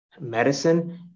medicine